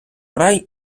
рай